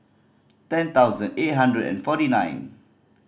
ten thousand eight hundred and forty nine